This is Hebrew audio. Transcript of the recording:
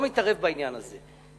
לא מתערב בעניין הזה.